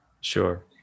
sure